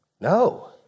No